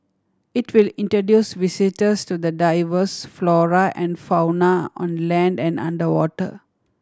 it will introduce visitors to the diverse flora and fauna on land and underwater